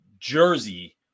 Jersey